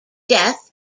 death